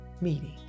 meeting